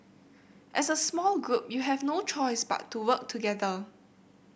as a small group you have no choice but to work together